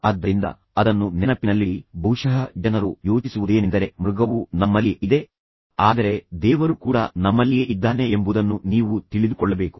ಆದ್ದರಿಂದ ಅದನ್ನು ನೆನಪಿನಲ್ಲಿಡಿ ಬಹುಶಃ ಜನರು ಯೋಚಿಸುವುದೇನೆಂದರೆ ಮೃಗವು ನಮ್ಮಲ್ಲಿಯೇ ಇದೆ ಆದರೆ ದೇವರು ಕೂಡ ನಮ್ಮಲ್ಲಿಯೇ ಇದ್ದಾನೆ ಎಂಬುದನ್ನು ನೀವು ತಿಳಿದುಕೊಳ್ಳಬೇಕು